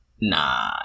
nah